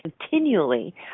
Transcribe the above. continually